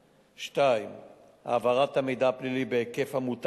2. העברת המידע הפלילי בהיקף המותר